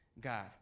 God